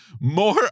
more